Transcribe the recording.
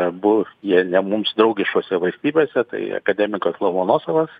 abu jie ne mums draugiškose valstybėse tai akademikas lomonosovas